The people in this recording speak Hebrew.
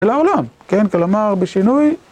ולעולם, כן כלומר בשינוי.